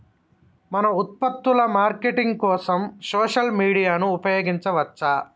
మన ఉత్పత్తుల మార్కెటింగ్ కోసం సోషల్ మీడియాను ఉపయోగించవచ్చా?